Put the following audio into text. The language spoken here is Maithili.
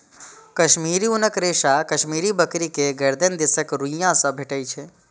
कश्मीरी ऊनक रेशा कश्मीरी बकरी के गरदनि दिसक रुइयां से भेटै छै